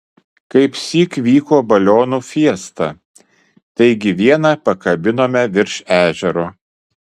kaipsyk vyko balionų fiesta taigi vieną pakabinome virš ežero